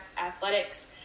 Athletics